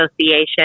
Association